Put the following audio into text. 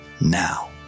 now